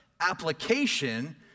application